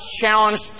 challenged